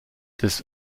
des